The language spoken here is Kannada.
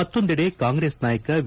ಮತ್ತೊಂದೆಡೆ ಕಾಂಗ್ರೆಸ್ ನಾಯಕ ವಿ